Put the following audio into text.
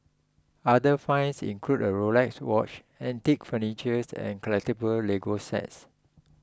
other finds include a Rolex watch antique furnitures and collectable Lego sets